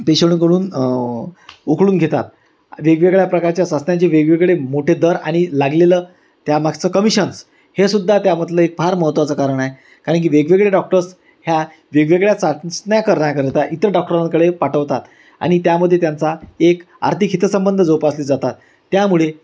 पेशणकडून उकळून घेतात वेगवेगळ्या प्रकारच्या चाचण्यांचे वेगवेगळे मोठे दर आणि लागलेलं त्यामागचं कमिशन्स हे सुद्धा त्यामधलं एक फार महत्त्वाचं कारण आहे कारण की वेगवेगळे डॉक्टर्स ह्या वेगवेगळ्या चाचण्या करण्याकरता इतर डॉक्टरांकडे पाठवतात आणि त्यामध्ये त्यांचा एक आर्थिक हितंसंबंध जोपासले जातात त्यामुळे